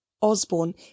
osborne